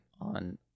on